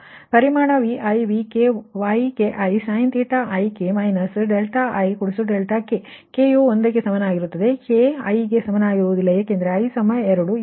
ಆದ್ದರಿಂದ ಪರಿಮಾಣ Vi Vk Ykisin ik ik k U 1 ಕ್ಕೆ ಸಮನಾಗಿರುತ್ತದೆ ಮತ್ತು k i ಗೆ ಸಮನಾಗಿರುವುದಿಲ್ಲ ಏಕೆಂದರೆ i2